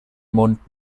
mund